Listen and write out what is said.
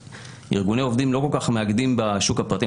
שארגוני עובדים לא כל-כך מאגדים בשוק הפרטי,